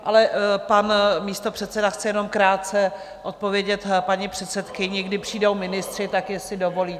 Ale pan místopředseda chce jenom krátce odpovědět paní předsedkyni, kdy přijdou ministři, tak jestli dovolíte?